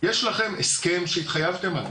- יש לכם הסכם שהתחייבתם עליו,